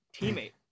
teammate